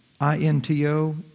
I-N-T-O